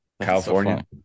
California